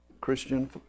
Christian